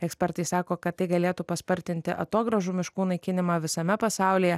ekspertai sako kad tai galėtų paspartinti atogrąžų miškų naikinimą visame pasaulyje